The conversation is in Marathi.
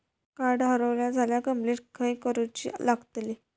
कार्ड हरवला झाल्या कंप्लेंट खय करूची लागतली?